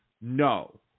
No